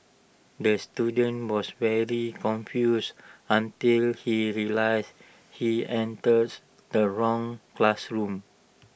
the student was very confused until he realised he enters the wrong classroom